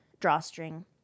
drawstring